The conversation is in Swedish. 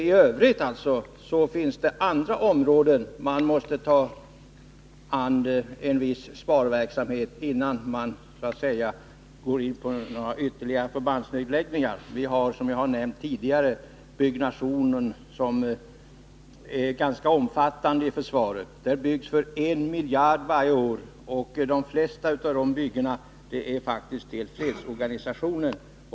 I övrigt finns det andra områden där man måste bedriva viss sparverksamhet innan man går in för några ytterligare förbandsnedläggningar. Vi har, som jag har nämnt tidigare, byggnationerna, som är ganska omfattande i försvaret. Det byggs i försvaret för 1 miljard varje år. De flesta av dessa byggen är faktiskt för fredsorganisationen.